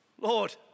Lord